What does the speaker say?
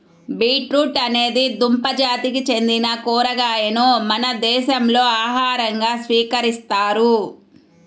beetroot అనేది దుంప జాతికి చెందిన కూరగాయను మన దేశంలో ఆహారంగా స్వీకరిస్తారు